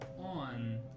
on